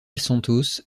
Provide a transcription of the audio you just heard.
santos